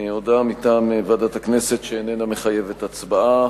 הודעה מטעם ועדת הכנסת שאיננה מחייבת הצבעה.